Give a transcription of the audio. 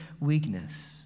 weakness